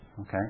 Okay